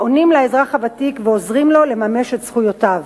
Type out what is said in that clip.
העונים לאזרח הוותיק ועוזרים לו לממש את זכויותיו.